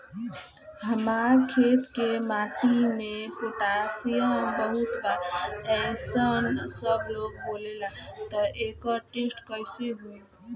हमार खेत के माटी मे पोटासियम बहुत बा ऐसन सबलोग बोलेला त एकर टेस्ट कैसे होई?